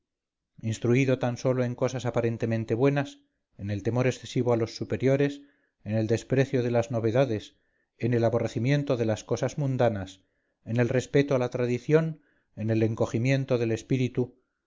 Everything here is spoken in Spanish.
instruido tan sólo en cosas aparentemente buenas en el temor excesivo a los superiores en el desprecio de las novedades en el aborrecimiento de las cosas mundanas en el respeto a la tradición en el encogimiento del espíritu